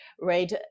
right